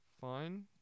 fine